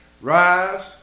Rise